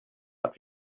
but